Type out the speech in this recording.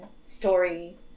story